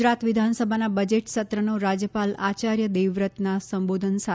ગુજરાત વિધાનસભાના બજેટ સત્રનો રાજ્યપાલ આચાર્ય દેવવ્રતના સંબોધન સાથે